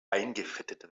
eingefettet